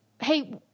hey